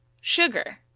sugar